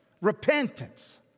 repentance